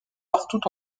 partout